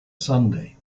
sunday